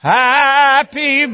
happy